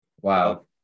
wow